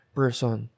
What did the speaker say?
person